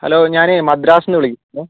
hello ഞാനേ മദ്രാസിൽ നിന്ന് വിളിക്കുന്നതാണേ